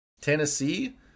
Tennessee